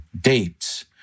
dates